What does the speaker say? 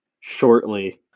shortly